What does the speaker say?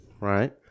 right